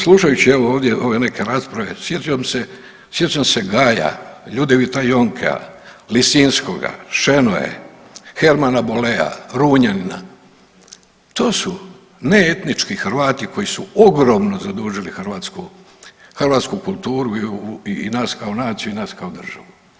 Slušajući evo ovdje ove neke rasprave sjećam se Gaja Ljudevita Jonkea, Lisinskoga, Šenoe, Hermana Bollea, Runjanina to su neetnički Hrvati koji su ogromno zadužili hrvatsku kulturu i nas kao naciju i nas kao državu.